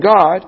God